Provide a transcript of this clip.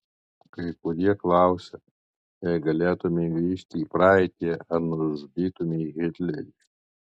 kai kurie klausia jei galėtumei grįžti į praeitį ar nužudytumei hitlerį